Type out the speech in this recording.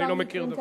אני לא מכיר את זה.